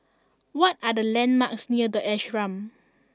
what are the landmarks near The Ashram